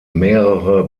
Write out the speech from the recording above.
mehrere